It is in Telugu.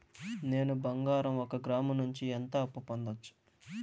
నేను బంగారం ఒక గ్రాము నుంచి ఎంత అప్పు పొందొచ్చు